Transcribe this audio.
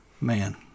man